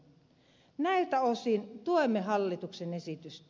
näiltä osin tuemme hallituksen esitystä